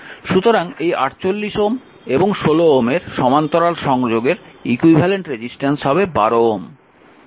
সুতরাং এই 48Ω এবং 16Ω এর সমান্তরাল সংযোগের ইকুইভ্যালেন্ট রেজিস্ট্যান্স হবে 12 Ω